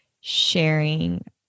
sharing